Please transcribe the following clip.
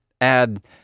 add